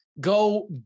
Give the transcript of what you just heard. go